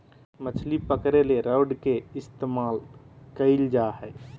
मछली पकरे ले रॉड के इस्तमाल कइल जा हइ